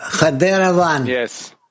Yes